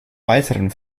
weiteren